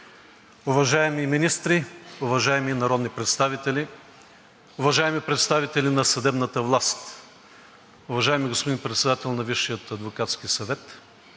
господа министри, уважаеми народни представители, уважаеми представители на съдебната власт, уважаеми господин Председател на Висшия адвокатски съвет,